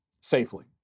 safely